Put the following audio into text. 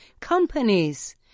companies